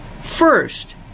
First